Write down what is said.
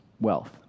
wealth